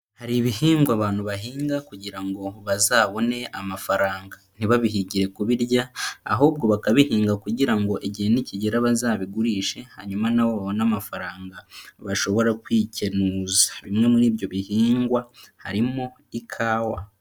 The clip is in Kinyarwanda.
Hari ibihingwa abantu bahinga kugira ngo bazabone amafaranga, ntibabihigire kubirya ahubwo bakabihinga kugira ngo igihe nikigera bazabigurishe hanyuma nabo babone amafaranga bashobora kwikenuza, bimwe muri ibyo bihingwa harimo ikawa.